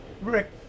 Rick